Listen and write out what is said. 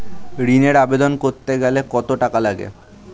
ঋণের আবেদন করতে গেলে কত টাকা লাগে?